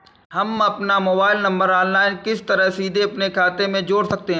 हम अपना mobile number online किस तरह सीधे अपने खाते में जोड़ सकते हैं?